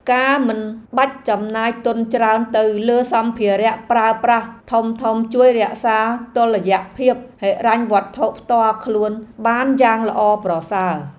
ការមិនបាច់ចំណាយទុនច្រើនទៅលើសម្ភារៈប្រើប្រាស់ធំៗជួយរក្សាតុល្យភាពហិរញ្ញវត្ថុផ្ទាល់ខ្លួនបានយ៉ាងល្អប្រសើរ។